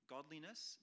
godliness